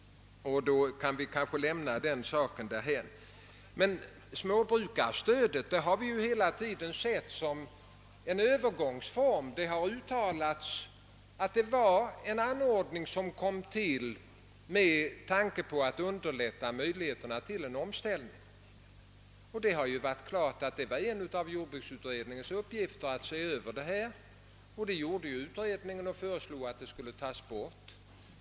Då kan vi kanske lämna den saken därhän. Småbrukarstödet har dock hela tiden betraktats som en övergångsform. Det var en anordning som tillkom med tanke på att förbättra möjligheterna till en omställning. Det var en av jordbruksutredningens uppgifter att se över denna fråga och utredningen föreslog att stödet skulle tas bort.